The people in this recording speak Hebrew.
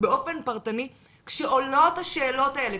באופן פרטני כשעולות השאלות האלה,